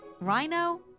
Rhino